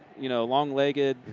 you know, long-legged,